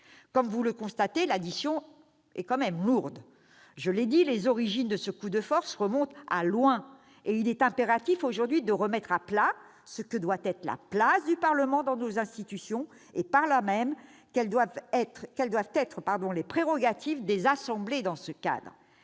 Comme vous le constatez, mes chers collègues, l'addition est lourde. Je l'ai dit, les origines de ce coup de force remontent à loin, et il est impératif aujourd'hui de remettre à plat ce que doit être la place du Parlement dans nos institutions et, par là même, ce que doivent être les prérogatives des assemblées dans ce cadre.